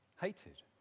hated